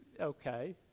okay